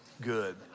good